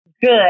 good